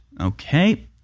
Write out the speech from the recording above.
Okay